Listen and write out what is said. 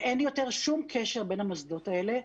ואין יותר שום קשר בין המוסדות האלה.